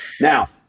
now